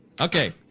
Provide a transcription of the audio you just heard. Okay